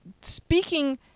speaking